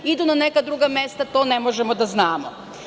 Idu na neka druga mesta, to ne možemo da znamo.